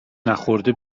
نخورده